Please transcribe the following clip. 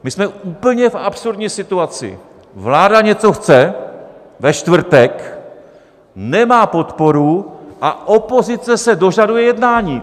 My jsme v úplně absurdní situaci, vláda něco chce ve čtvrtek, nemá podporu, a opozice se dožaduje jednání.